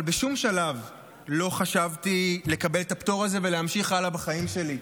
אבל בשום שלב לא חשבתי לקבל את הפטור הזה ולהמשיך הלאה בחיים שלי,